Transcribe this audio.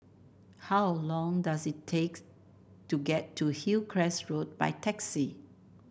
how long does it take to get to Hillcrest Road by taxi